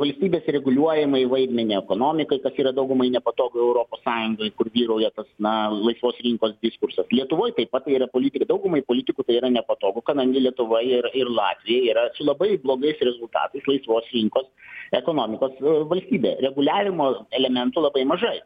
valstybės reguliuojamai vaidmenį ekonomikai kas yra daugumai nepatogu europos sąjungoj kur vyrauja tas na laisvos rinkos diskursas lietuvoj taip pat tai yra politika daugumai politikų tai yra nepatogu kadangi lietuva ir ir latvija yra labai blogais rezultatais laisvos rinkos ekonomikos valstybė reguliavimo elementų labai mažai